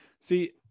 See